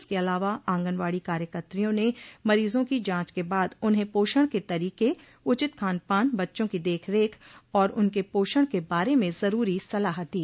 इसके अलावा ऑगनवाड़ी कार्यकत्रियों ने मरीजों की जाँच के बाद उन्हें पोषण के तरीके उचित खानपान बच्चों की देखरेख और उनके पोषण के बारे में ज़रूरी सलाह दी